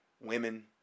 women